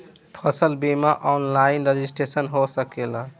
फसल बिमा online registration हो सकेला?